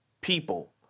people